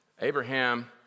Abraham